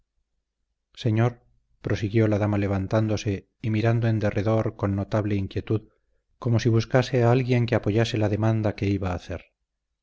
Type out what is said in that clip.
señor prosiguió la dama levantándose y mirando en derredor con notable inquietud como si buscase a alguien que apoyase la demanda que iba a hacer